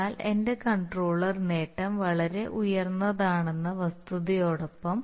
എന്നാൽ എന്റെ കൺട്രോളർ നേട്ടം വളരെ ഉയർന്നതാണെന്ന വസ്തുതയോടൊപ്പം